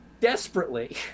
desperately